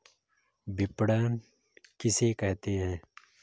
विपणन किसे कहते हैं?